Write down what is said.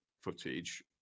footage